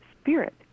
spirit